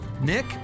Nick